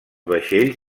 vaixells